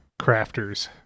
crafters